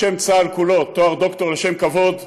בשם צה"ל כולו, תואר דוקטור לשם כבוד,